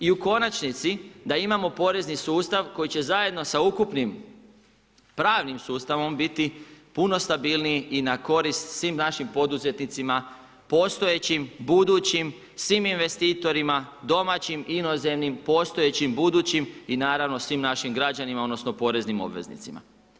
I u konačnici da imamo porezni sustav koji će zajedno sa ukupnim pravnim sustavom biti puno stabilniji i na korist svim našim poduzetnicima postojećim, budućim, svim investitorima, domaćim, inozemnim, postojećim, budućim i naravno svim našim građanima, odnosno poreznim obveznicima.